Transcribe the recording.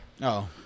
No